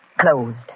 Closed